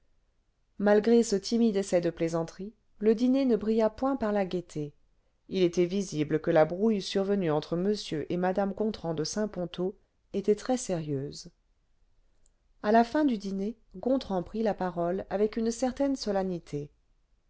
malgré ce timide essai de plaisanterie le dîner ne brilla point par la gaieté il était visible que la brouille survenue entre m et mme gontran de saint ponto était très sérieuse a la fin du dîner gontran prit la parole avec une certaine solennité